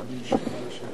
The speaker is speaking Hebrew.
חברי הכנסת